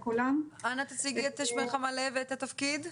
אנא תציגי את שמך המלא ואת התפקיד.